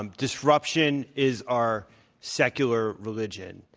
and disruption is our secular religion.